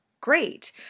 great